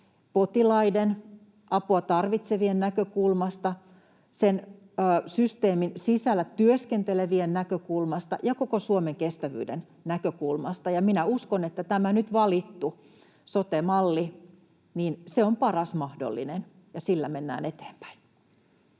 potilaiden, apua tarvitsevien näkökulmasta, sen systeemin sisällä työskentelevien näkökulmasta ja koko Suomen kestävyyden näkökulmasta. Ja minä uskon, että tämä nyt valittu sote-malli on paras mahdollinen, ja sillä mennään eteenpäin.